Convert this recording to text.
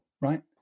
right